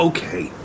Okay